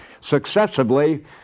successively